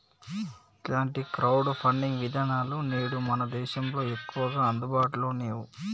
ఇలాంటి crowd funding విధానాలు నేడు మన దేశంలో ఎక్కువగా అందుబాటులో నేవు